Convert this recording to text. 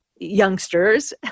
Youngsters